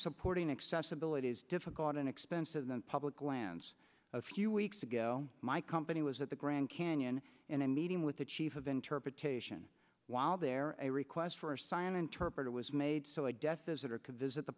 supporting accessibility is difficult and expensive than public lands a few weeks ago my company was at the grand canyon and meeting with the chief of interpretation while there a request for a sign interpreter was made so i death th